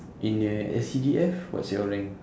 in your S_C_D_F what's your rank